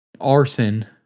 arson